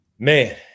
Man